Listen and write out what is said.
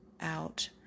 out